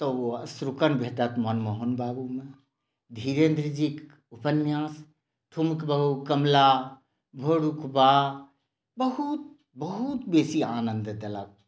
तऽ ओ अश्रुकण भेटत मनमोहन बाबूमे धीरेन्द्रजीक उपन्यास ठुमुक बाबु कमला भोरुकबा बहुत बहुत बेसी आनंद देलक